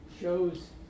shows